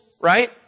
right